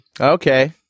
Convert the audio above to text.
Okay